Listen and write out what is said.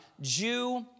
Jew